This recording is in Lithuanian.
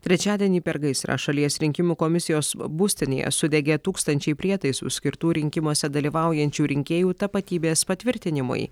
trečiadienį per gaisrą šalies rinkimų komisijos būstinėje sudegė tūkstančiai prietaisų skirtų rinkimuose dalyvaujančių rinkėjų tapatybės patvirtinimui